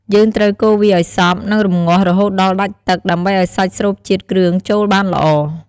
យើងត្រូវកូរវាឱ្យសព្វ និងរម្ងាស់រហូតដល់ដាច់ទឹក ដើម្បីឱ្យសាច់ស្រូបជាតិគ្រឿងចូលបានល្អ។